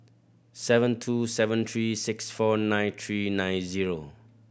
seven two seven three six four nine three nine zero